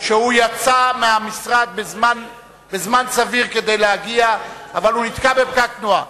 שהוא יצא מהמשרד בזמן סביר כדי להגיע אבל הוא נתקע בפקק תנועה.